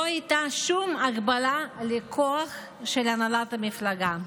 לא הייתה שום הגבלה על הכוח של הנהלת המפלגה.